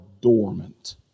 dormant